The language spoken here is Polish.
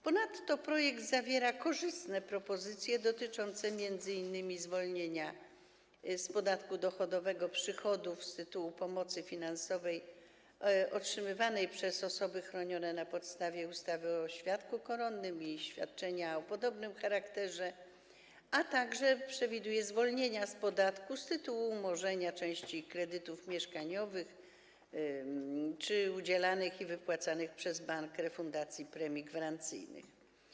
Ponadto projekt zawiera korzystne propozycje dotyczące m.in. zwolnienia z podatku dochodowego przychodów z tytułu pomocy finansowej otrzymywanej przez osoby chronione na podstawie ustawy o świadku koronnym i świadczeń o podobnych charakterze, a także przewiduje zwolnienia z podatku z tytułu umorzenia części kredytów mieszkaniowych czy udzielanych i wypłacanych przez bank refundacji premii gwarancyjnych.